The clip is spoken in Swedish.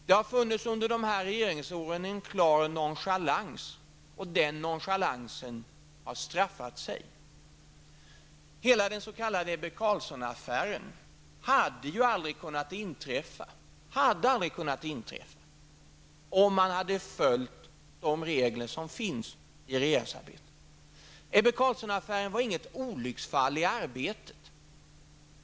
Det har under de här regeringsåren funnits en klar nonchalans, och den nonchalansen har straffat sig. Hela den s.k. Ebbe Carlsson-affären hade ju aldrig kunna inträffa, om man hade följt de regler som finns för regeringsarbetet. Ebbe Carlsson-affären var inget olycksfall i arbetet.